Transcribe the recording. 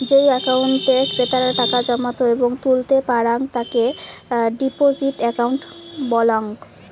যেই একাউন্টে ক্রেতারা টাকা জমাত এবং তুলতে পারাং তাকে ডিপোজিট একাউন্ট বলাঙ্গ